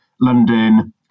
London